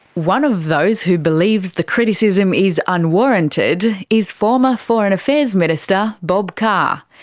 one of those who believes the criticism is unwarranted is former foreign affairs minister bob carr.